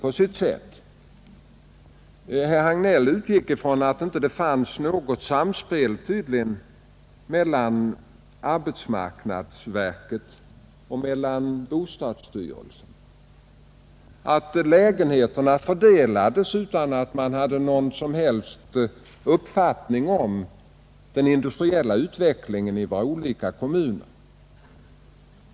Tydligen utgick herr Hagnell från att det inte finns något samspel mellan arbetsmarknadsverket och bostadsstyrelsen och att lägenheterna fördelas utan att man har någon som helst uppfattning om den industriella utvecklingen i våra olika kommuner.